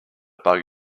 bug